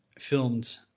filmed